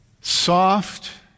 Soft